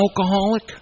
alcoholic